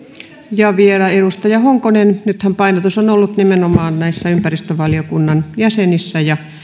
ja vielä edustaja honkonen nythän painotus on ollut nimenomaan näissä ympäristövaliokunnan jäsenissä ja